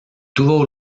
tuvo